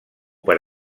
per